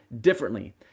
differently